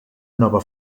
nova